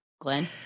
Glenn